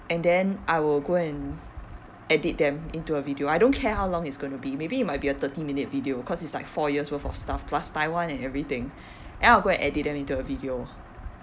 and then I will go and edit them into a video I don't care how long it's gonna be maybe it might be a thirty minute video cause it's like four years worth of stuff plus taiwan and everything and I will go and edit them into a video